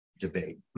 debate